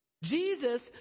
Jesus